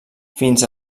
fins